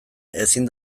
ezin